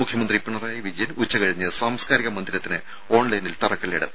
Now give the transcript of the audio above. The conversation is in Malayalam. മുഖ്യമന്ത്രി പിണറായി വിജയൻ ഉച്ച കഴിഞ്ഞ് സാംസ്കാരിക മന്ദിരത്തിന് ഓൺലൈനിൽ തറക്കല്ലിടും